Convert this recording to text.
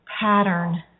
pattern